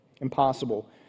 Impossible